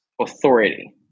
authority